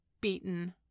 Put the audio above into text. beaten